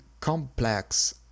complex